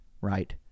Right